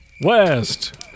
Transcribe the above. West